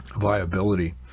viability